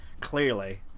clearly